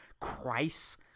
Christ